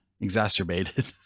exacerbated